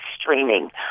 streaming